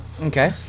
Okay